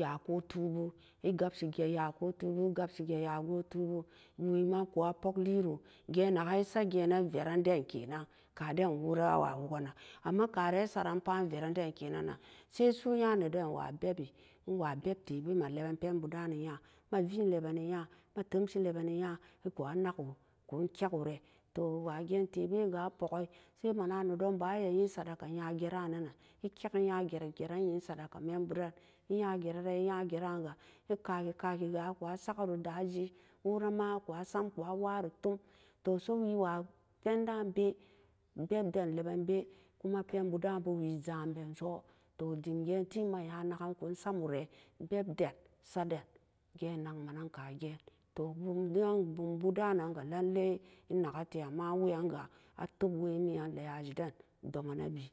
yakotubu egabshige yakotubu, egabshige yakotubu wema ku'a pog liro geen nagan esageen nan veran den kenan kaden wora awa wogganan amma karan esaran pat an veranden kenan-nan sai su'u nya weden bebi nwatebe emma lebandani nya ema vien lebani nya ma temshi lebani nya iku'a nago kun kegore to wa geen tebega apog'ai sai mana nedon ba'an iya'in sadaka nyagea na-nan ikeg nyagera-geran'in sadaka memburan nyagera-ran nyageraga i'kakii kaki aku'a sagorondaji worama ku'a sam ku'a wrao tum do so wiwa penda be bebden lebanbe kuma penbu da'anbo wi ja'an benso to eimge'enti ma nya nagankun samore bebden saden geen nagmanan ka geen to bumdon-bumbu da'on-nanya lailai engate amma an weyanga a tob wemiyan layaji den domana bien.